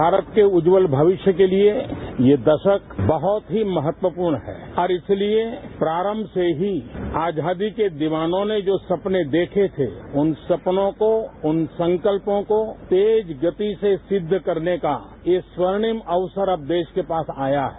भारत के उज्ज्वल भविष्य के लिए ये दशक बहुत ही महत्वपूर्ण है और इसलिए प्रारंभ से ही आजादी के दीवानों ने जो सपने देखे थे उन सपनों को उन संकल्पों को तेज गति से सिंद्ध करने का ये स्वर्णिम अवसर अब देश के पास आया है